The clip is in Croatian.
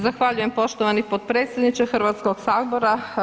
Zahvaljujem poštovani potpredsjedniče Hrvatskog sabora.